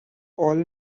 all